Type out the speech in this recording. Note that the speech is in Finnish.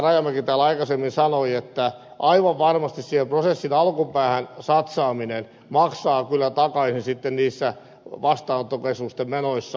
rajamäki täällä aikaisemmin sanoi että aivan varmasti siihen prosessin alkupäähän satsaaminen maksaa kyllä takaisin sitten niissä vastaanottokeskusten menoissa